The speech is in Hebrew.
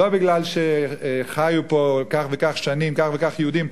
לא מפני שחיו פה כך וכך שנים כך וכך יהודים.